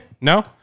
No